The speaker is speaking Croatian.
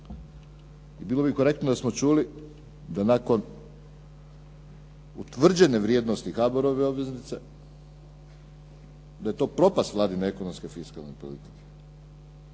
I bilo bi korektno da smo čuli da nakon utvrđene vrijednosti HBOR-ove obveznice da je to propast Vladine ekonomske i fiskalne politike.